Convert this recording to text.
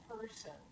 person